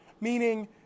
meaning